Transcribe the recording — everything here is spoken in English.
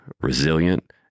resilient